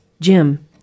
Jim